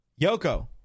Yoko